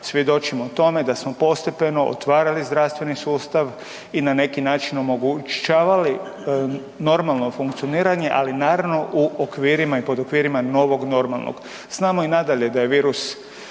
svjedočimo tome da smo postepeno otvarali zdravstveni sustav i na neki način omogućavali normalno funkcioniranje, ali naravno u okvirima i pod okvirima novog normalnog. Znamo i nadalje da je virus